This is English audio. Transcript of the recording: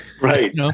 right